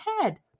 head